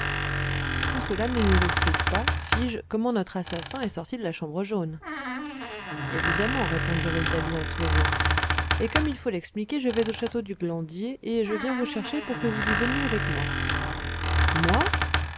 tout cela ne nous explique pas fis-je comment notre assassin est sorti de la chambre jaune évidemment répondit rouletabille en se levant et comme il faut l'expliquer je vais au château du glandier et je viens vous chercher pour que vous y veniez avec moi moi